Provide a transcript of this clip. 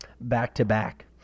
back-to-back